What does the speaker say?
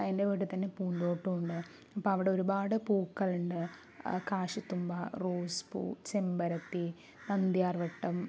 അതിൻ്റെ കൂടെ തന്നെ പൂന്തോട്ടം ഉണ്ട് അപ്പം അവിടെ ഒരുപാട് പൂക്കളുണ്ട് ആ കാശിത്തുമ്പ റോസ്പ്പൂ ചെമ്പരത്തി നന്ത്യാർവട്ടം